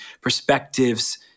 perspectives